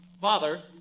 Father